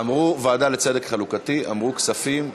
אמרו ועדה לצדק חלוקתי, אמרו כספים.